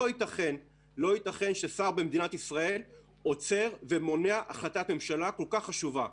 לא ייתכן ששר במדינת ישראל עוצר ומונע החלטת ממשלה כל כך חשובה.